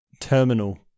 Terminal